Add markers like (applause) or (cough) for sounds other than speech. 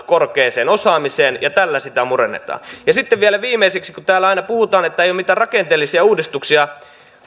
(unintelligible) korkeaan osaamiseen ja tällä sitä murennetaan sitten vielä viimeiseksi kun täällä aina puhutaan että ei ole mitään rakenteellisia uudistuksia